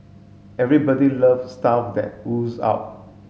everybody loves stuff that ooze out